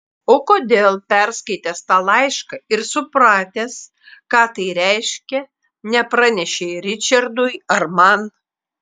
o kodėl perskaitęs tą laišką ir supratęs ką tai reiškia nepranešei ričardui ar man